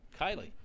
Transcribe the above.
Kylie